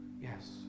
Yes